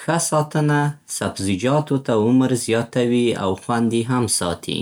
ښه ساتنه سبزیجاتو ته عمر زیاتوي او خوند يې هم ساتي.